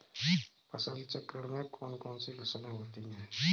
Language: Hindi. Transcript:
फसल चक्रण में कौन कौन सी फसलें होती हैं?